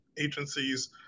agencies